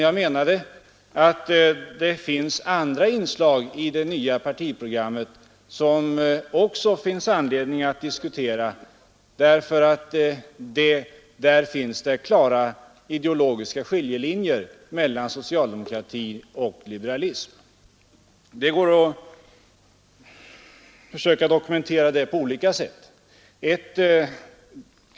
Däremot hävdade jag att det finns andra inslag i det nya socialdemokratiska partiprogrammet som det finns större anledning att diskutera, därför att där föreligger det uppenbart klara ideologiska skiljelinjer mellan socialdemokratin och den sociala liberalismen. Det går att dokumentera den saken på olika sätt.